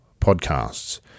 podcasts